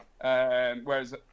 Whereas